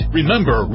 Remember